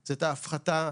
סל התרופות.